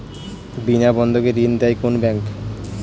বিনা বন্ধকে ঋণ দেয় কোন ব্যাংক?